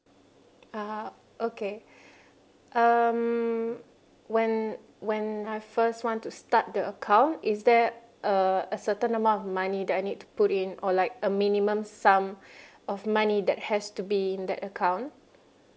ah okay um when when I first want to start the account is there a a certain amount of money that I need to put in or like a minimum sum of money that has to be in that account